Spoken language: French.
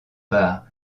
par